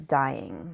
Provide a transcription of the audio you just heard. dying